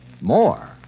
More